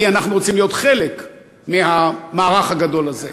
כי אנחנו רוצים להיות חלק מהמערך הגדול הזה.